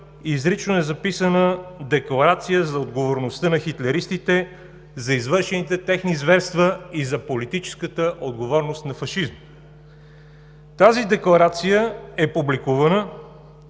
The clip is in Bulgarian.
изрично е записана Декларация за отговорността на хитлеристите за извършените техни зверства и за политическата отговорност на фашизма. Тази декларация е публикувана,